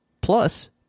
Plus